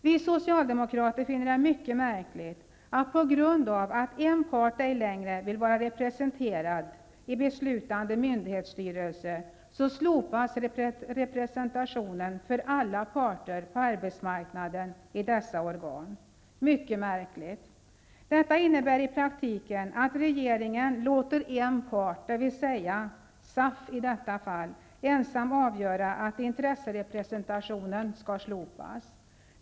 Vi socialdemokrater finner det mycket märkligt, att på grund av att en part ej längre vill vara representerad i beslutande myndighetsstyrelser, slopas representationen för alla parter på arbetsmarknaden i dessa organ. Det är mycket märkligt. Detta innebär i praktiken att regeringen låter en part, dvs. i detta fall SAF, ensamt avgöra att intresserepresentationen skall slopas.